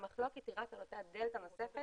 המחלוקת היא רק על אותה דלתא נוספת